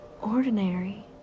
ordinary